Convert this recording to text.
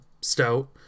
Stout